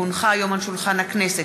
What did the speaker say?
כי הונחה היום על שולחן הכנסת,